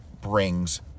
brings